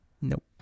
Nope